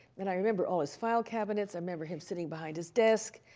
and i remember all his file cabinets. i remember him sitting behind his desk.